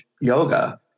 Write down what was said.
yoga